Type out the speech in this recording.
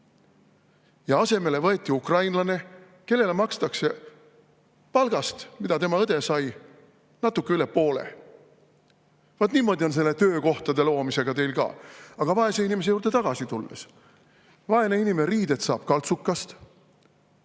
ja asemele võeti ukrainlane, kellele makstakse palgast, mida tema õde sai, natuke üle poole. Vaat niimoodi on töökohtade loomisega teil ka. Aga tulen vaese inimese juurde tagasi. Vaene inimene saab riided kaltsukast.